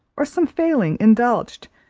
or some failing indulged.